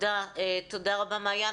תודה רבה, מעיין.